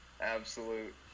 Absolute